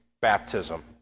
baptism